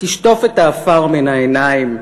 "תשטוף את העפר מן העיניים,